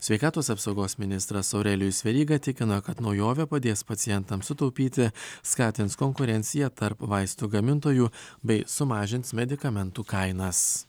sveikatos apsaugos ministras aurelijus veryga tikina kad naujovė padės pacientams sutaupyti skatins konkurenciją tarp vaistų gamintojų bei sumažins medikamentų kainas